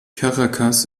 caracas